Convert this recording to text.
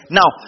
now